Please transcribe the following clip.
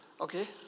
okay